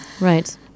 Right